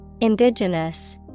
Indigenous